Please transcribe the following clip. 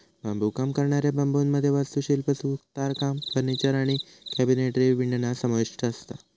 बांबुकाम करणाऱ्या बांबुमध्ये वास्तुशिल्प, सुतारकाम, फर्निचर आणि कॅबिनेटरी विणणा समाविष्ठ असता